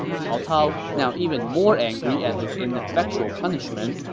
cao cao, now even more angry at his ineffectual punishment,